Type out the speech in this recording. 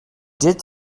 did